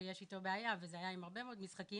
שיש איתו בעיה וזה היה עם הרבה מאוד משחקים,